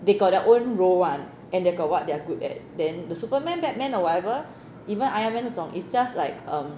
they got their own role [one] and they got what they are good at then the superman batman or whatever even iron man 这种 is just like um